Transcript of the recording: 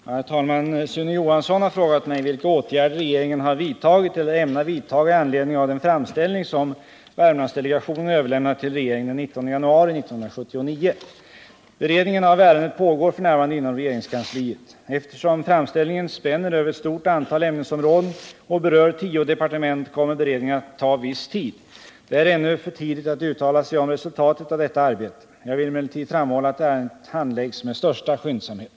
Herr talman! Sune Johansson har frågat mig vilka åtgärder regeringen har vidtagit eller ämnar vidtaga i anledning av den framställning som Värmlandsdelegationen överlämnat till regeringen den 19 januari 1979. Beredningen av ärendet pågår f.n. inom regeringskansliet. Eftersom framställningen spänner över ett stort antal ämnesområden och berör tio departement kommer beredningen att ta viss tid. Det är ännu för tidigt att uttala sig om resultatet av detta arbete. Jag vill emellertid framhålla att ärendet handläggs med största skyndsamhet.